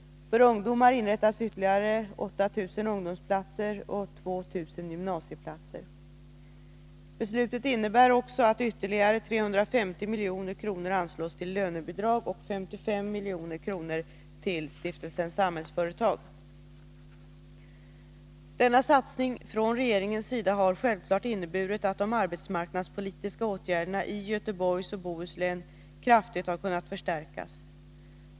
För ungdomar inrättas ytterligare 8 000 ungdomsplatser och 2 000 gymnasieplatser. Beslutet innebär också att ytterligare 350 milj.kr. anslås till lönebidrag och 55 milj.kr. till Stiftelsen Samhällsföretag. Denna satsning från regeringens sida har självfallet inneburit att de arbetsmarknadspolitiska åtgärderna i Göteborgs och Bohus län kraftigt har kunnat förstärkas.